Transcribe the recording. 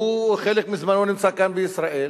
חלק מזמנו הוא נמצא כאן בישראל,